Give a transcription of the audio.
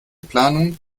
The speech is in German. planung